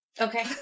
Okay